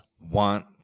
want